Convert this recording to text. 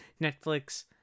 Netflix